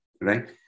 right